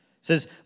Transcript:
says